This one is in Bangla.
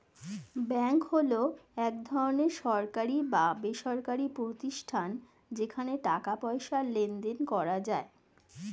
ব্যাঙ্ক হলো এক ধরনের সরকারি বা বেসরকারি প্রতিষ্ঠান যেখানে টাকা পয়সার লেনদেন করা যায়